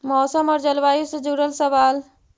मौसम और जलवायु से जुड़ल सवाल?